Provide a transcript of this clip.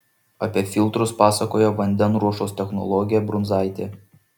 apie filtrus pasakojo vandenruošos technologė brunzaitė